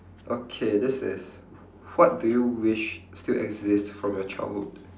okay this is w~ what do you wish still exist from your childhood